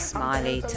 Smiley